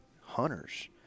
hunters